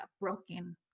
broken